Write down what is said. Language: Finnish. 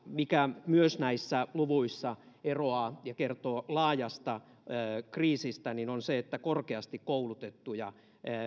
mikä myös näissä luvuissa eroaa ja kertoo laajasta kriisistä on se että korkeasti koulutettuja